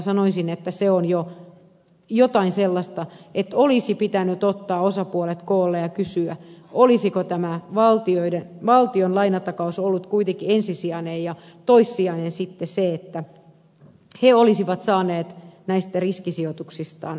sanoisin että se on jo jotain sellaista että olisi pitänyt ottaa osapuolet koolle ja kysyä olisiko tämä valtion lainatakaus ollut kuitenkin ensisijainen ja toissijainen sitten se että ne olisivat saaneet näistä riskisijoituksistaan omansa pois